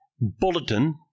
bulletin